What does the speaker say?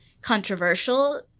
controversial